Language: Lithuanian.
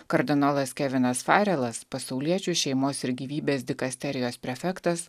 kardinolas kevinas farelas pasauliečių šeimos ir gyvybės dikasterijos prefektas